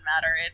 matter